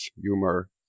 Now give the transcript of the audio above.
humor